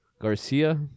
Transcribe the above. garcia